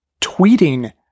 tweeting